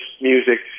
music